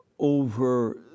over